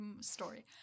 story